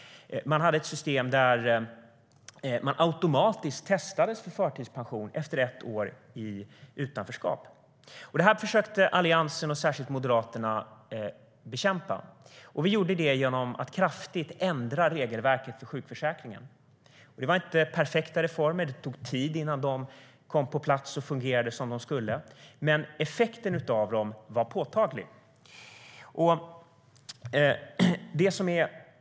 Vi hade ett system där man automatiskt testades för förtidspension efter ett år i utanförskap. Detta försökte Alliansen och särskilt Moderaterna bekämpa, och vi gjorde det genom att kraftigt ändra regelverket i sjukförsäkringen. Det var inte perfekta reformer. Det tog tid innan de kom på plats och fungerade som de skulle. Men effekten av dem var påtaglig.